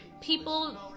people